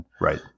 Right